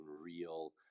real